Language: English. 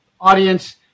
audience